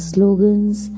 Slogans